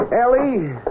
Ellie